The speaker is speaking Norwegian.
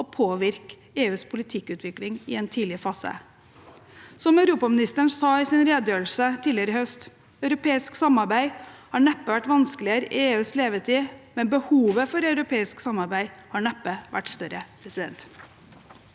og påvirke EUs politikkutvikling i en tidlig fase. Som europaministeren sa i sin redegjørelse tidligere i høst: «Europeisk samarbeid har neppe vært vanskeligere i EUs levetid. Men behovet for europeisk samarbeid har neppe vært større.»